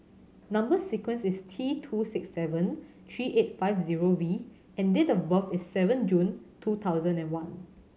number sequence is T two six seven three eight five zero V and date of birth is seven June two thousand and one